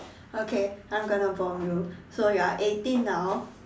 okay I'm gonna bomb you so you're eighteen now